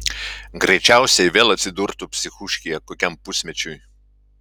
greičiausiai vėl atsidurtų psichūškėje kokiam pusmečiui